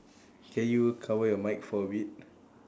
can you cover your mic for a bit